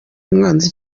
umwanzi